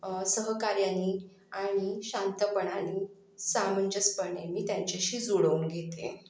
सहकार्यानी आणि शांतपणानी समंजसपणे मी त्यांच्याशी जुळवून घेते